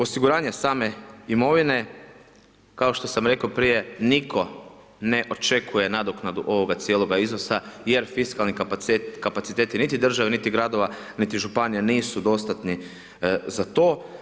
Osiguranje same imovine, kao što sam rekao prije, nitko ne očekuje nadoknadu ovoga cijeloga iznosa jer fiskalni kapaciteti niti države, niti gradova, niti županija, nisu dostatni za to.